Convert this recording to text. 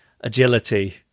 agility